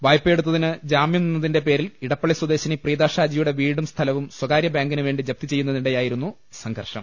വായ്പയെടുത്തതിന് ജാമ്യം നിന്നതിന്റെ പേരിൽ ഇടപ്പള്ളി സ്വദേശിനി പ്രീത ഷാജിയുടെ വീടും സ്ഥലവും സ്ഥകാര്യ ബാങ്കിനുവേണ്ടി ജപ്തി ചെയ്യുന്നതിനിടെയായിരുന്നു സംഘർഷം